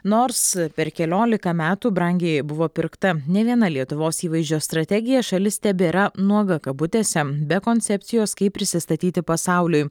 nors per keliolika metų brangiai buvo pirkta ne viena lietuvos įvaizdžio strategija šalis tebėra nuoga kabutėse be koncepcijos kaip prisistatyti pasauliui